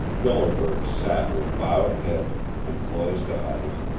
yellow bird sat with bowed head and closed eyes,